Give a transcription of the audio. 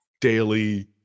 daily